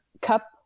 cup